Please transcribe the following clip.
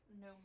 no